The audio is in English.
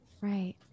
Right